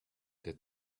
that